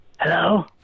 Hello